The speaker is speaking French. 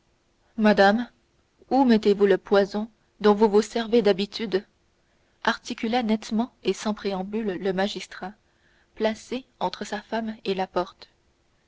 madame où mettez-vous le poison dont vous vous servez d'habitude articula nettement et sans préambule le magistrat placé entre sa femme et la porte